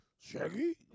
Shaggy